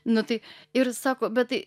nu tai ir sako bet tai